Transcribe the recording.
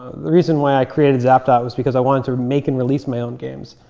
the reason why i created zap dot was because i wanted to make and release my own games.